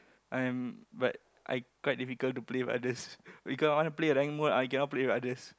I am but I quite difficult to play with others because I want to play rank mode I cannot play with others